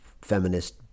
feminist